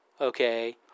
okay